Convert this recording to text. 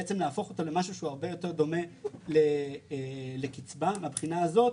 בעצם להפוך אוו למשהו שהוא הרבה יותר דומה לקצבה מהבחינה הזאת